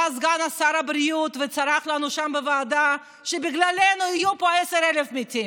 בא סגן שר הבריאות וצרח לנו בוועדה שבגללנו יהיו פה 10,000 מתים.